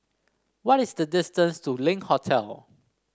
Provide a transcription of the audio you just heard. what is the distance to Link Hotel